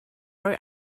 rhoi